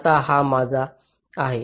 आता हा माझा आहे